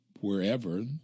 wherever